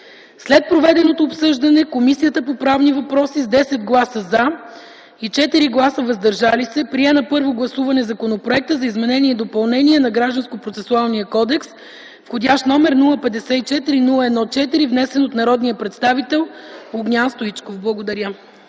След проведеното обсъждане Комисията по правни въпроси с 10 гласа „за” и 4 гласа „въздържали се” прие на първо гласуване Законопроекта за изменение и допълнение на Гражданския процесуален кодекс, вх. № 054-01-4, внесен от народния представител Огнян Стоичков.” Благодаря.